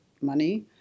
money